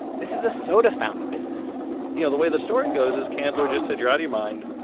this is a soda fountain business you know, the way the story goes is candler just said, you're out of your mind.